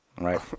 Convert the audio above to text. right